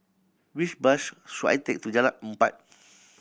which bus to Jalan Empat